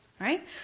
right